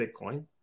Bitcoin